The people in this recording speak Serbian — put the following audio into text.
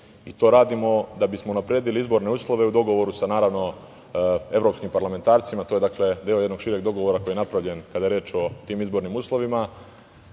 To radimo da bismo unapredili izborne uslove u dogovoru sa, naravno, evropskim parlamentarcima. To je deo jednog šireg dogovora koji je napravljen kada je reč o tim izbornim uslovima.